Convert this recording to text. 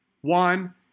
One